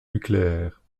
nucléaire